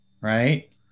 right